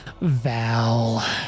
Val